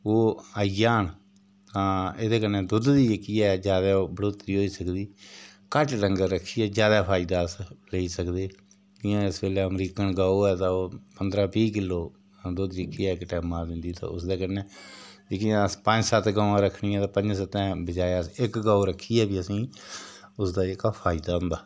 ओह् आई जान तां एह्दे कन्नै दुद्ध दी जेह्की ऐ ज्यादा ओह् बढ़ोतरी होई सकदी घट्ट डंगर रक्खियै ज्यादा फायदा अस लेई सकदे जियां इस बेल्लै अमरीकन गौ ऐ ते ओह् पंदरां बीह् किल्लो दुद्ध जेह्की ऐ इक टैमा दा दिंदी ते उसदे कन्नै जेह्कियां अस पंज सत्त गवां रक्खनियां ते पंजे सत्तें दे बजाय अस इक गौ रक्खियै बी असेंगी उसदा जेह्का फायदा होंदा